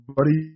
Buddy